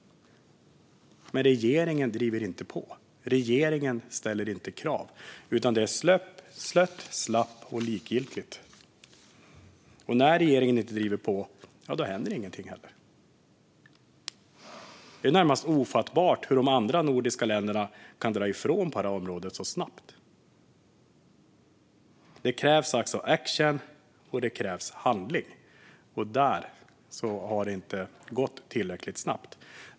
Men regeringen driver inte på. Regeringen ställer inte krav, utan det är slött, slappt och likgiltigt. Och när regeringen inte driver på händer ingenting. Det är närmast ofattbart hur de andra nordiska länderna kan dra ifrån så snabbt på det här området. Det krävs alltså action. Det krävs handling, och där har det inte gått tillräckligt snabbt.